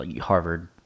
Harvard